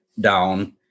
down